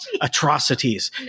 atrocities